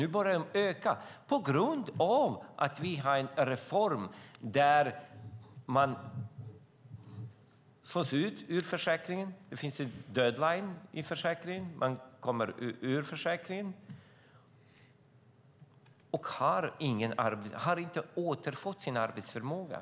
Nu börjar de öka på grund av en reform som innebär att man slås ut ur försäkringen - det finns en deadline i försäkringen - trots att man inte återfått arbetsförmågan.